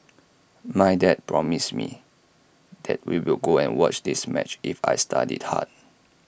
my dad promised me that we will go and watch this match if I studied hard